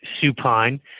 supine